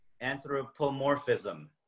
anthropomorphism